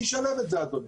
מי ישלם את זה, אדוני?